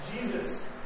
Jesus